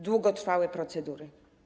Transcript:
Długotrwałe procedury.